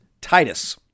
Titus